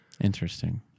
Interesting